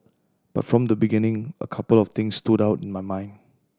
but from the beginning a couple of things stood out in my mind